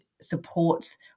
supports